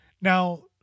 Now